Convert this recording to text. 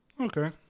Okay